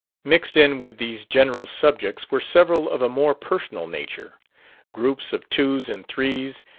mixed in with these general subjects were several of a more personal nature groups of twos and threes,